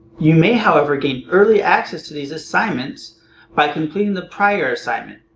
you may however gain early access to these assignments by completing the prior assignment.